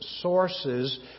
sources